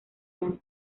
ryan